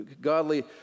godly